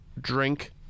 drink